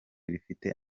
rifite